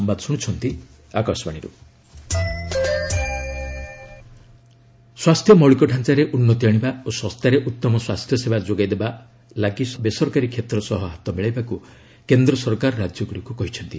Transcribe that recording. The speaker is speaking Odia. ସେଣ୍ଟର ହେଲ୍ଥ ଇନ୍ଫ୍ରାଷ୍ଟ୍ରକ୍ଚର ସ୍ୱାସ୍ଥ୍ୟ ମୌଳିକ ଡ଼ାଞ୍ଚାରେ ଉନ୍ନତି ଆଶିବା ଓ ଶସ୍ତାରେ ଉତ୍ତମ ସ୍ୱାସ୍ଥ୍ୟସେବା ଯୋଗାଇଦେବା ଲାଗି ବେସରକାରୀ କ୍ଷେତ୍ର ସହ ହାତ ମିଳାଇବାକୁ କେନ୍ଦ୍ର ସରକାର ରାଜ୍ୟଗୁଡ଼ିକୁ କହିଛନ୍ତି